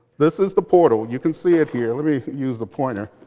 this is the portal. you can see it here. let me use the pointer.